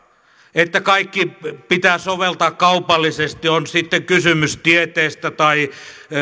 että kaikki pitää soveltaa kaupallisesti on sitten kysymys tieteestä tai